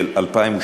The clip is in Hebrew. של 2012,